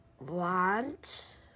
want